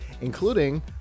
including